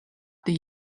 the